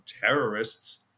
terrorists